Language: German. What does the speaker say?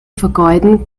vergeuden